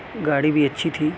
گاڑی بھی اچھی تھی